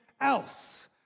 else